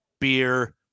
beer